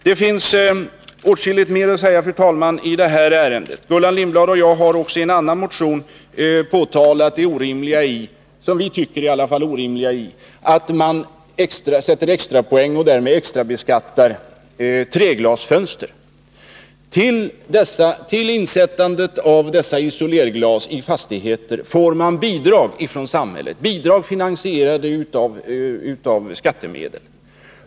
Det finns åtskilligt mer att säga, fru talman, i det här ärendet. Gullan Lindblad och jag har också i en annan motion påtalat det — som vi tycker — orimliga i att man extrabeskattar treglasfönster. Till insättandet av dessa isolerglas i fastigheter får man bidrag av samhället, bidrag som är finansierade av skattemedel.